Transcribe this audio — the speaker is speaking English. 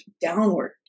downward